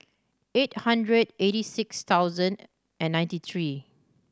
eight hundred eighty six thousand and ninety three